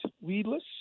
weedless